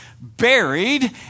buried